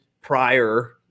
prior